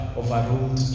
overruled